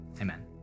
amen